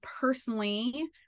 personally